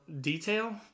detail